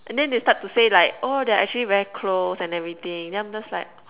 and then they start to say like oh they're actually very close and everything then I'm just like